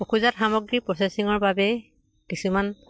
পশুজাত সামগ্ৰী প্ৰচেছিঙৰ বাবে কিছুমান